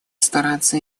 стараться